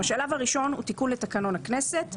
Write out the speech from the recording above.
השלב הראשון הוא תיקון לתקנון הכנסת.